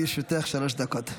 לרשותך שלוש דקות.